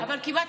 קודם כול,